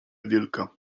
wielka